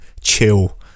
chill